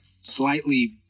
slightly